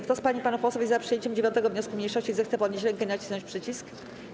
Kto z pań i panów posłów jest za przyjęciem 9. wniosku mniejszości, zechce podnieść rękę i nacisnąć przycisk.